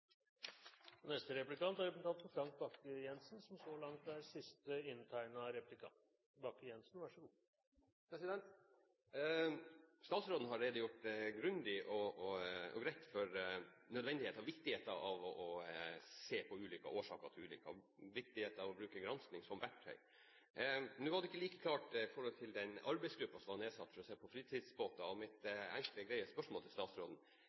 Statsråden har redegjort grundig og bredt for nødvendigheten og viktigheten av å se på ulike årsaker til ulykker og viktigheten av å bruke gransking som verktøy. Nå var ikke det like klart når det gjelder den arbeidsgruppen som er nedsatt for å se på fritidsbåter. Mitt enkle og greie spørsmål til statsråden